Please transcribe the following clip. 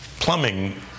plumbing